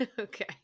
Okay